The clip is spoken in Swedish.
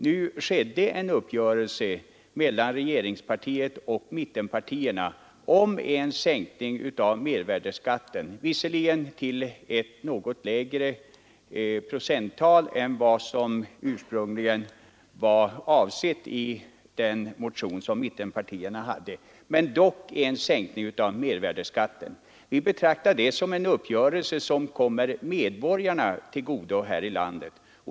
Nu skedde en uppgörelse mellan regeringspartiet och mittenpartierna om en sänkning av mervärdeskatten, visserligen till ett något lägre procenttal än som ursprungligen var föreslaget i mittenpartiernas motion, men dock en sänkning av mervärdeskatten. Vi betraktar det som en uppgörelse som kommer medborgarna i landet till godo.